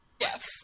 Yes